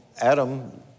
Adam